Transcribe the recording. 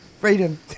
Freedom